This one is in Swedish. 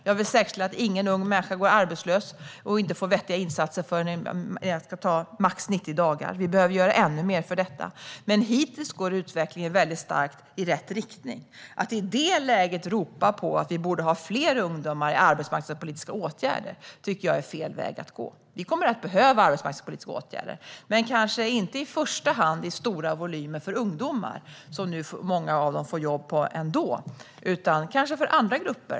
Jag vill säkerställa att ingen ung människa går arbetslös utan att få vettiga insatser. Det ska ta max 90 dagar. Vi behöver göra ännu mer för detta, men hittills går utvecklingen väldigt starkt i rätt riktning. Att i det läget ropa att vi borde ha fler ungdomar i arbetsmarknadspolitiska åtgärder tycker jag är fel väg att gå. Vi kommer att behöva arbetsmarknadspolitiska åtgärder, men kanske inte i första hand i stora volymer för ungdomar - många av dem får ju nu jobb ändå - utan kanske för andra grupper.